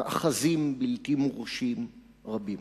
במאחזים בלתי מורשים רבים.